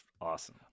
awesome